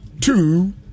two